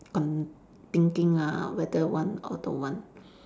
con~ thinking ah whether want or don't want